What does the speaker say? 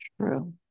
True